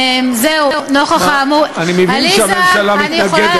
זהו, נוכח האמור, אני מבין שהממשלה מתנגדת.